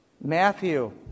Matthew